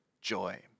joy